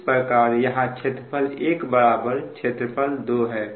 इस प्रकार यहां क्षेत्रफल 1 क्षेत्रफल 2 है